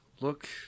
Look